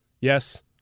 Yes